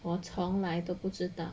我从来都不知道